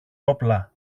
όπλα